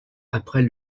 après